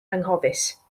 anghofus